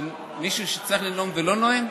מישהו שצריך לנאום ולא נואם?